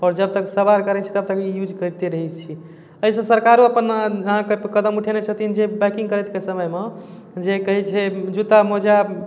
आओर जब तक सवार करै छी तब तक ई यूज करिते रहै छी एहिसँ सरकारो अपन अहाँके कदम उठेने छथिन जे बाइकिङ्ग करैके समयमे जे कहै छै जुत्ता मौजा